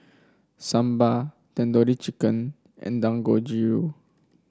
Sambar Tandoori Chicken and Dangojiru